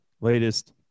latest